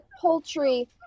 poultry